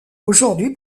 aujourd’hui